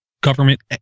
government